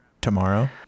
tomorrow